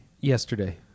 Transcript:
Yesterday